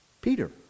Peter